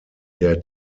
der